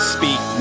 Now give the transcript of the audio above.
Speak